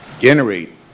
generate